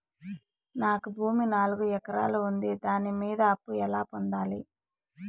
నాకు భూమి నాలుగు ఎకరాలు ఉంది దాని మీద అప్పు ఎలా పొందాలి?